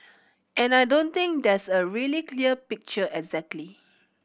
and I don't think there's a really clear picture exactly